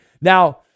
Now